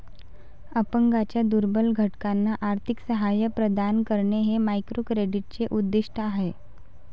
अपंगांच्या दुर्बल घटकांना आर्थिक सहाय्य प्रदान करणे हे मायक्रोक्रेडिटचे उद्दिष्ट आहे